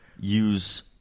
Use